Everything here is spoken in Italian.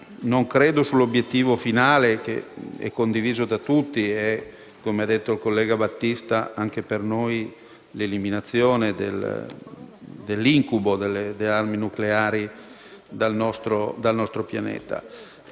riguarda l'obiettivo finale, condiviso da tutti, che - come ha già detto il collega Battista - è anche per noi l'eliminazione dell'incubo delle armi nucleari dal nostro pianeta.